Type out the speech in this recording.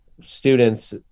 students